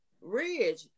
Ridge